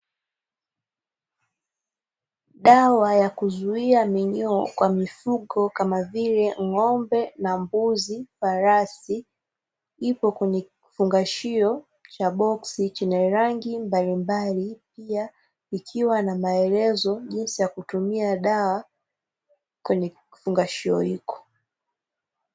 Dawa ya kuzuia minyoo kwa mifugo kama vile ng'ombe na mbuzi; farasi, ipo kwenye kifungashio cha boksi chenye rangi mbalimbali. Pia, kikiwa na maelezo jinsi ya kutumia dawa kwenye kifungashio hiko.